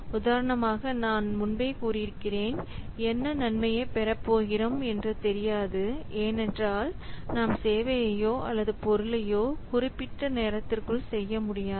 உதாரணமாக நான் முன்பே கூறியிருக்கிறேன் என்ன நன்மையை பெற போகிறோம் தெரியாது ஏனென்றால் நாம் சேவையையோ அல்லது பொருளையோ குறிப்பிட்ட நேரத்திற்குள் செய்ய முடியாது